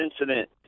incident